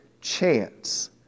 chance